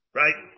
right